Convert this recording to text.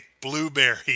Blueberry